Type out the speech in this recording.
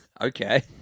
Okay